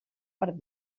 per